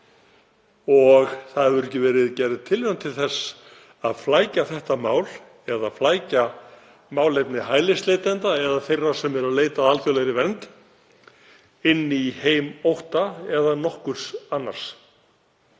og ekki hefur verið gerð tilraun til að flækja þetta mál eða flækja málefni hælisleitenda eða þeirra sem leita að alþjóðlegri vernd inn í heim ótta eða nokkurs annars.